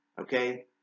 Okay